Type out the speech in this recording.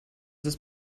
ist